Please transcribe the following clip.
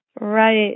Right